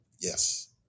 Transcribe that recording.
Yes